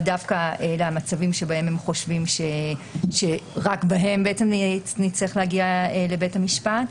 דווקא אלה הם המצבים שהם שרק בהם נצטרך להגיע לבית המשפט.